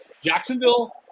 Jacksonville